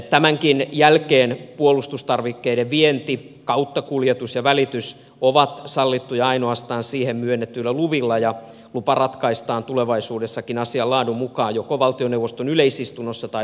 tämänkin jälkeen puolustustarvikkeiden vienti kauttakuljetus ja välitys ovat sallittuja ainoastaan siihen myönnetyillä luvilla ja lupa ratkaistaan tulevaisuudessakin asian laadun mukaan joko valtioneuvoston yleisistunnossa tai puolustusministeriössä